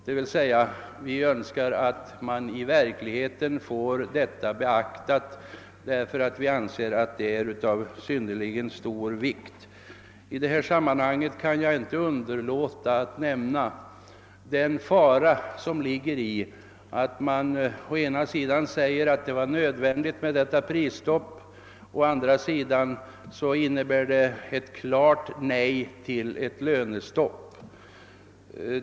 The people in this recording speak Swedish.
Det innebär att vi önskar att man i verkligheten får detta beaktat, då vi anser att det är av synnerligen stor vikt. I delta sammanhang kan jag inte underlåta att påpeka den fara som ligger i att man å ena sidan säger att det var nödvändigt med detta prisstopp, å andra sidan gör gällande att det innebär ett klart nej till ett lönestopp.